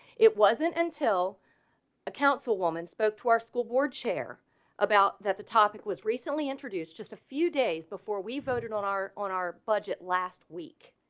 it wasn't until a council woman spoke to our school board chair about the topic was recently introduced just a few days before we voted on our on our budget last week.